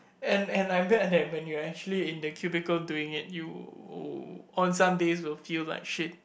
and and I bet that when you are actually in the cubicle doing it you on some days will feel like shit